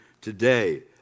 today